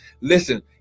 Listen